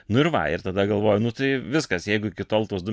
nu ir va ir tada galvoju nu tai viskas jeigu iki tol tuos du